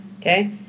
okay